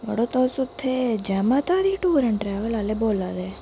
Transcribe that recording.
मड़ो तुस उत्थे जै माता दी टूर ऐंड ट्रैवल आह्ले बोला दे